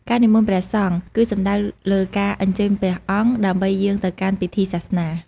ការនិមន្តព្រះសង្ឃ គឺសំដៅលើការអញ្ជើញព្រះអង្គ ដើម្បីយាងទៅកាន់ពិធីសាសនា។